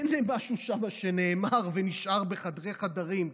אין משהו שנאמר שם ונשאר בחדרי-חדרים.